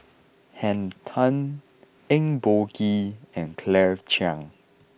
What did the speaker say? Henn Tan Eng Boh Kee and Claire Chiang